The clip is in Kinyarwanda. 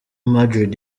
madrid